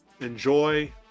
enjoy